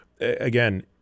again